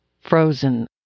Frozen